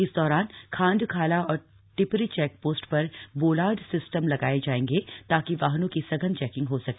इस दौरान खांडखाला और टि री चेक ोस्ट र बोलार्ड सिस्टम लगाए जाएंगे ताकि वाहनों की सघन चेकिंग हो सके